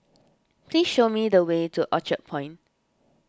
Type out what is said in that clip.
please show me the way to Orchard Point